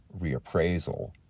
reappraisal